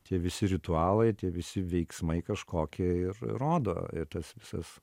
tie visi ritualai tie visi veiksmai kažkokie ir rodo ir tas visas